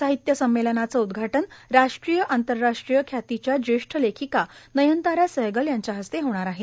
साहित्य संमेलनाचे उद्घाटन राष्ट्रीय आंतरराष्ट्रीय ख्यातीच्या ज्येष्ठ लेखिका नयनतारा सहगल यांच्या हस्ते होणार आहे